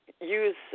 use